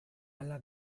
ala